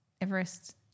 Everest